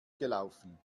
gelaufen